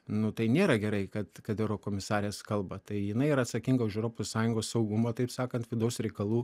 nu tai nėra gerai kad kad eurokomisarės kalba tai jinai yra atsakinga už europos sąjungos saugumą taip sakant vidaus reikalų